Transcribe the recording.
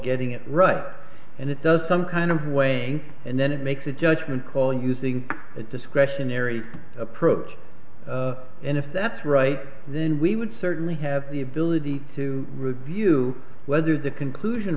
getting it right and it does some kind of way and then it makes a judgment call using a discretionary approach and if that's right then we would certainly have the ability to review whether the conclusion